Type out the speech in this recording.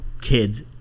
kids